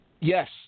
Yes